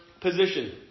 position